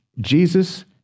Jesus